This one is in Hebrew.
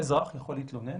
אזרח יכול להתלונן